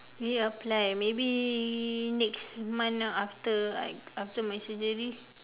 re apply maybe next month after I after my surgery